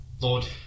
Lord